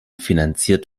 finanziert